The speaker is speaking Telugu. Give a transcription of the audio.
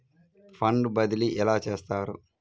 ఫండ్ బదిలీ ఎలా చేస్తారు?